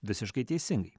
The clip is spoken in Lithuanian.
visiškai teisingai